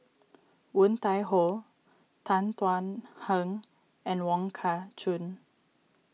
Woon Tai Ho Tan Thuan Heng and Wong Kah Chun